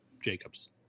Jacobs